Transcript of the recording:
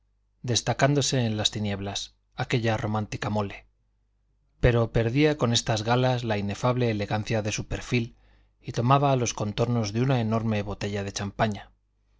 destacándose en las tinieblas aquella romántica mole pero perdía con estas galas la inefable elegancia de su perfil y tomaba los contornos de una enorme botella de champaña